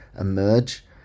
emerge